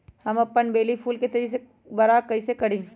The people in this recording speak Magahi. हम अपन बेली फुल के तेज़ी से बरा कईसे करी?